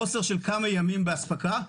חוסר של כמה ימים באספקה,